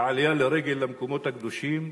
לעלייה לרגל למקומות הקדושים